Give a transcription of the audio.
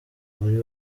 buri